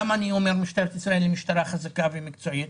למה אני אומר שמשטרת ישראל היא משטרה חזקה ומקצועית?